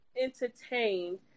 entertained